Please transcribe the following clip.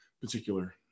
particular